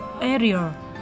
area